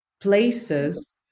places